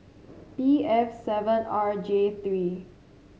B F seven R J three